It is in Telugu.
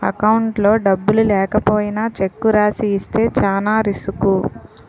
అకౌంట్లో డబ్బులు లేకపోయినా చెక్కు రాసి ఇస్తే చానా రిసుకు